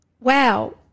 wow